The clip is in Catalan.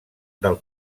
del